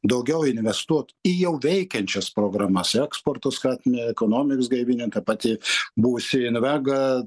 daugiau investuotų į jau veikiančias programas į eksporto skatin ekonomiks gaivinim ta pati buvusi invega